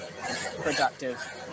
productive